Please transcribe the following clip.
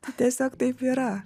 tiesiog taip yra